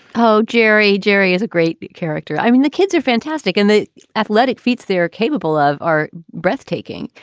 oh, jerry, jerry is a great character. i mean, the kids are fantastic. and the athletic feats they're capable of are breathtaking.